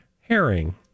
herring